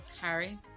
Harry